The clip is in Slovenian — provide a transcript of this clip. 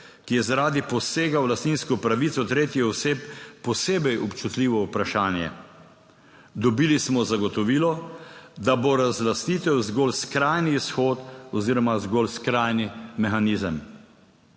ki je zaradi posega v lastninsko pravico tretjih oseb posebej občutljivo vprašanje. Dobili smo zagotovilo, da bo razlastitev zgolj skrajni izhod oziroma zgolj skrajni mehanizem.